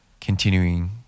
continuing